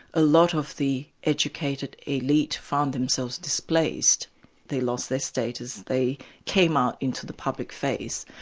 a lot of the educated elite found themselves displaced they lost their status, they came out into the public face,